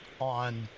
on